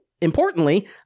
importantly